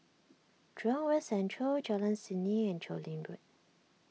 Jurong West Central Jalan Seni and Chu Lin Road